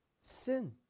sin